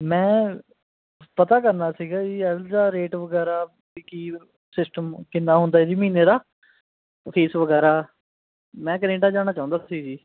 ਮੈਂ ਪਤਾ ਕਰਨਾ ਸੀਗਾ ਜੀ ਆਇਲੈਟਸ ਦਾ ਰੇਟ ਵਗੈਰਾ ਵੀ ਕੀ ਸਿਸਟਮ ਕਿੰਨਾ ਹੁੰਦਾ ਜੀ ਮਹੀਨੇ ਦਾ ਫੀਸ ਵਗੈਰਾ ਮੈਂ ਕੈਨੇਡਾ ਜਾਣਾ ਚਾਹੁੰਦਾ ਸੀ ਜੀ